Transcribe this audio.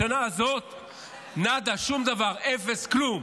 בשנה הזאת, נאדה, שום דבר, אפס, כלום.